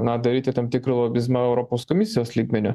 na daryti tam tikrą lobizmą europos komisijos lygmeniu